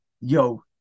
Yo